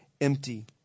empty